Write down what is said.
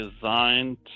designed